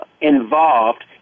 involved